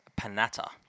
Panatta